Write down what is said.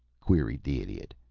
queried the idiot.